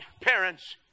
parents